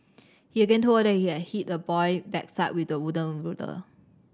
he again told her he had hit the boy backside with a wooden ruler